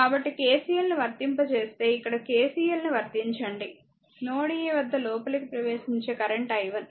కాబట్టి KCL ను వర్తింపజేస్తే ఇక్కడ KCL ను వర్తించండి నోడ్ a వద్ద లోపలికి ప్రవేశించే కరెంట్ i1